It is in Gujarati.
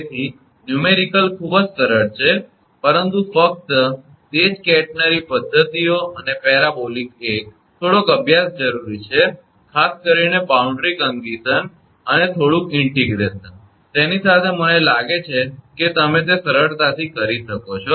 તેથી દાખલોન્યુમેરિકલ ખૂબ જ સરળ છે પરંતુ ફક્ત તે જ કેટરનરી પદ્ધતિઓ અને પેરાબોલિક એક થોડોક અભ્યાસ જરૂરી છે ખાસ કરીને બાઉન્ડરી કંડીશન અને થોડુંક સંકલનઇન્ટીગ્રેશન તેની સાથે મને લાગે છે કે તમે તે સાથે સરળતાથી કરી શકો છો